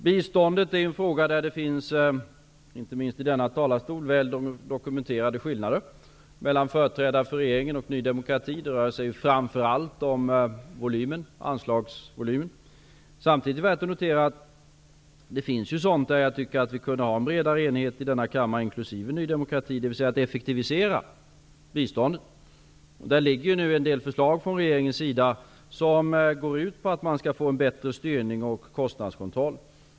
När det gäller biståndet finns det -- inte minst från denna talarstol -- väl dokumenterade skillnader i uppfattning mellan företrädare för regeringen och Ny demokrati. Det rör sig framför allt om anslagsvolymen. Det är samtidigt värt att notera att det finns frågor som vi kunde ha en bredare enighet kring i denna kammare -- inkl. Ny demokrat -- dvs. när det gäller att effektivisera biståndet. Det finns en del förslag framlagda av regeringen, vilka går ut på bättre styrning och kostnadskontroll.